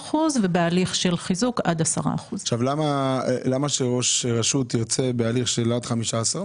15% ובהליך של חיזוק עד 10%. למה שראש רשות ירצה אם ההליך הוא עד 15%?